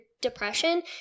depression